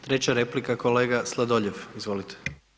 Treća replika kolega Sladoljev, izvolite.